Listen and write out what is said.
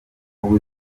ubu